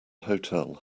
hotel